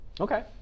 Okay